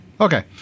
Okay